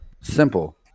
simple